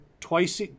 twice